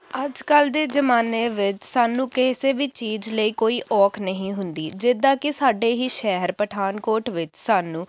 ਅੱਜ ਕੱਲ੍ਹ ਦੇ ਜਮਾਨੇ ਵਿੱਚ ਸਾਨੂੰ ਕਿਸੇ ਵੀ ਚੀਜ਼ ਲਈ ਕੋਈ ਔਖ ਨਹੀਂ ਹੁੰਦੀ ਜਿੱਦਾਂ ਕਿ ਸਾਡੇ ਹੀ ਸ਼ਹਿਰ ਪਠਾਨਕੋਟ ਵਿੱਚ ਸਾਨੂੰ